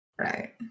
Right